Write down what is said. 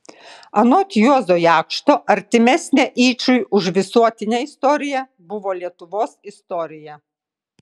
anot juozo jakšto artimesnė yčui už visuotinę istoriją buvo lietuvos istorija